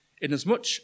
inasmuch